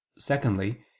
Secondly